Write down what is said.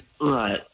Right